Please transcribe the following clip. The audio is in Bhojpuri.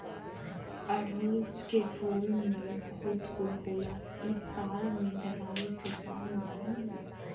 अढ़ऊल के फूल में बहुत गुण होला इ बाल में लगावे से बाल मुलायम होला